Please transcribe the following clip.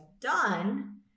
done